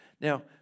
Now